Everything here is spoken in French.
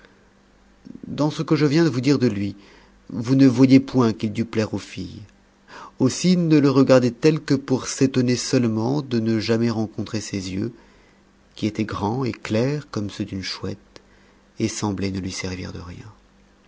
dans ce que je viens de vous dire de lui vous ne voyez point qu'il dût plaire aux filles aussi ne le regardaient elles que pour s'étonner seulement de ne jamais rencontrer ses yeux qui étaient grands et clairs comme ceux d'une chouette et semblaient ne lui servir de rien